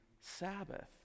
Sabbath